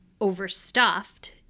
overstuffed